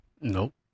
Nope